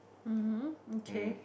[um hm] okay